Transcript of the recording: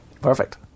Perfect